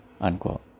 unquote